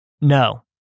No